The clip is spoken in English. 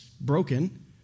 broken